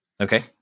Okay